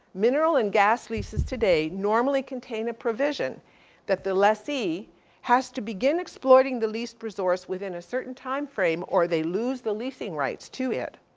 mineral and gas leases today normally contains a provision that the lessee has to begin exploiting the lease resource within a certain time frame, or they lost the leasing rights to it.